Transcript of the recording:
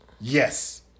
Yes